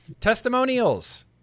testimonials